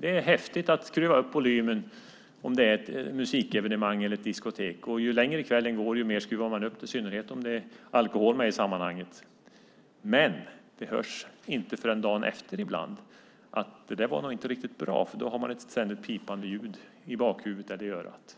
Det är häftigt att skruva upp volymen om det är ett musikevenemang eller ett diskotek. Ju längre kvällen går desto mer skruvar man upp den, i synnerhet om det är alkohol med i sammanhanget. Men det märks ibland inte förrän dagen efter att det nog inte var riktigt bra. Då kan man ha ett ständigt pipande ljud i bakhuvudet eller i örat.